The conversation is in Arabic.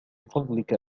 فضلك